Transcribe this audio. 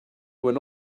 when